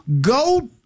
go